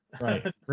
right